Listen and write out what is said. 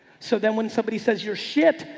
so then when somebody says your shit,